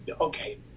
okay